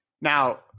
Now